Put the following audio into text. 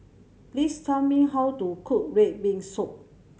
please tell me how to cook red bean soup